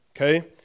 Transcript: okay